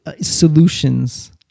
solutions